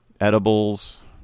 Edibles